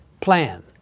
plan